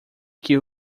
que